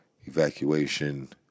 evacuation